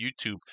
YouTube